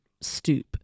stoop